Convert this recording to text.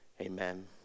Amen